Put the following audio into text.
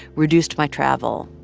reduced my travel.